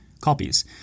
copies